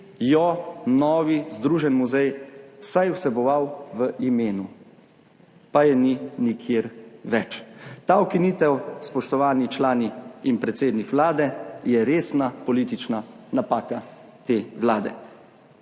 jo novi združen muzej vsaj vseboval v imenu, pa je ni nikjer več. Ta ukinitev, spoštovani člani in predsednik Vlade, je resna politična napaka te vlade.